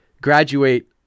graduate